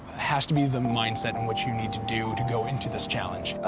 has to be the mindset in what you need to do to go into this challenge.